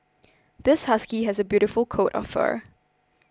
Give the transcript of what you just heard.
this husky has a beautiful coat of fur